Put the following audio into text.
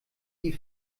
die